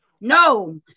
no